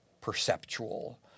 perceptual